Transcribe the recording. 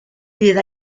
bydd